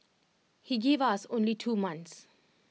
he gave us only two months